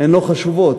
אינן חשובות,